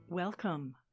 Welcome